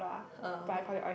uh okay